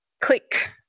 click